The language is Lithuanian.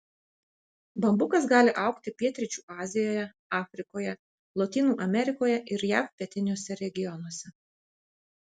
bambukas gali augti pietryčių azijoje afrikoje lotynų amerikoje ir jav pietiniuose regionuose